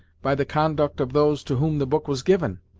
by the conduct of those to whom the book was given?